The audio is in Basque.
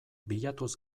bilatuz